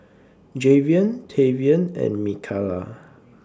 Javion Tavian and Mikalah